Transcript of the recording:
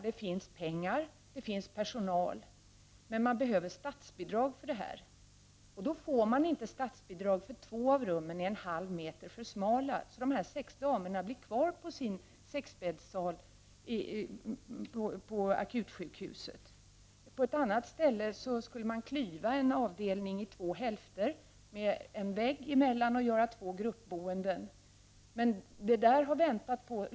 Det finns pengar, och det finns personal, men det behövs även statsbidrag för detta. Statsbidrag utgår emellertid inte på grund av att två av rummen är en halv meter för smala. Därför får dessa sex damer stanna kvar i sin sexbäddssal på akutsjukhuset. På ett annat ställe skulle man klyva en avdelning i två hälfter med en vägg emellan. På det sättet skulle man få två gruppbostäder.